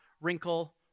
wrinkle